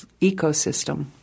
ecosystem